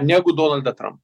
negu donaldą tram